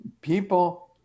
people